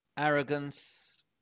Arrogance